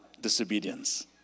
disobedience